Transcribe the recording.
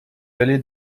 allez